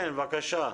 כן בבקשה.